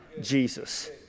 Jesus